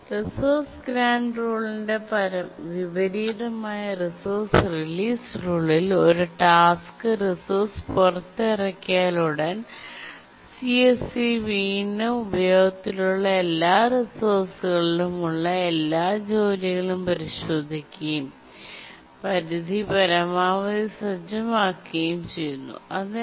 resource grant റൂളിന്റെ വിപരീതമായ resource release റൂളിൽ ഒരു ടാസ്ക് റിസോഴ്സ് പുറത്തിറക്കിയാലുടൻ CSC വീണ്ടും ഉപയോഗത്തിലുള്ള എല്ലാ റിസോഴ്സുകളിലും ഉള്ള എല്ലാ ജോലികളും പരിശോധിക്കുകയും പരിധി പരമാവധി സജ്ജമാക്കുകയും ചെയ്യുന്നു അതിന്റെ